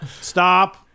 stop